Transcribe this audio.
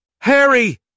Harry